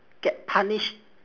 get punished